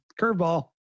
curveball